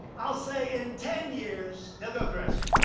i'll say in ten years, they'll go crazy.